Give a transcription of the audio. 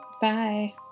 Bye